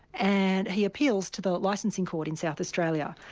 and he appeals to the licensing court in south australia.